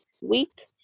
week